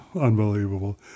unbelievable